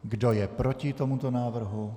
Kdo je proti tomuto návrhu?